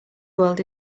world